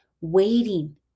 Waiting